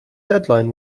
deadline